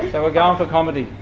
so like um for comedy.